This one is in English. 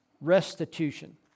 restitution